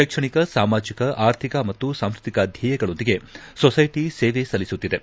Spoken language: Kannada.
ಶೈಕ್ಷಣಿಕ ಸಾಮಾಜಿಕ ಆರ್ಥಿಕ ಮತ್ತು ಸಾಂಸ್ಕೃತಿಕ ಧ್ಯೇಯಗಳೊಂದಿಗೆ ಸೊಸೈಟಿ ಸೇವೆ ಸಲ್ಲಿಸುತ್ತಿದೆ